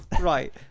Right